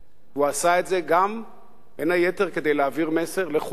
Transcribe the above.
הוא עשה את זה בין היתר גם כדי להעביר מסר לכולנו,